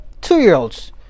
two-year-olds